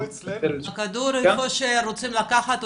הכדור איפה שרוצים לקחת אותו.